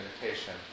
meditation